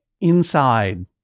inside